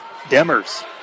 Demers